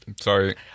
Sorry